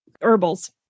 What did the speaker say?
Herbals